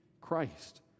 Christ